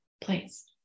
place